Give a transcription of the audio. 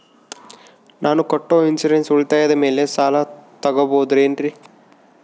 ನಾನು ಕಟ್ಟೊ ಇನ್ಸೂರೆನ್ಸ್ ಉಳಿತಾಯದ ಮೇಲೆ ಸಾಲ ತಗೋಬಹುದೇನ್ರಿ?